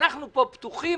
אנחנו פה פתוחים.